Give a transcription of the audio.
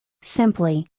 simply,